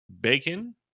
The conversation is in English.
bacon